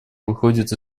выходит